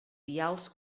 vials